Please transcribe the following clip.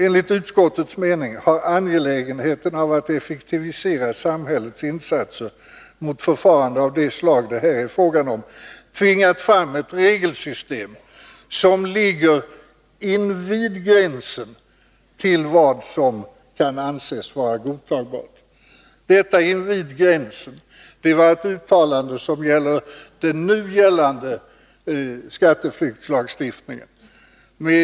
Enligt utskottets mening har angelägenheten av att effektivisera samhällets insatser mot förfaranden av det slag det här är fråga om tvingat fram ett regelsystem som ligger invid gränsen till vad som kan anses vara godtagbart.” Uttrycket ”invid gränsen” förekom alltså i ett uttalande som avsåg den nu gällande skatteflyktslagstiftningen.